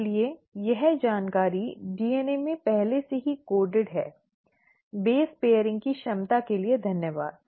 इसलिए यह जानकारी DNA में पहले से ही कोडेड है बेस पेयरिंग की क्षमता के लिए धन्यवाद